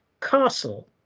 Castle